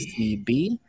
CB